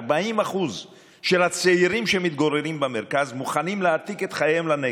40% של הצעירים שמתגוררים במרכז מוכנים להעתיק את חייהם לנגב.